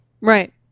Right